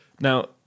Now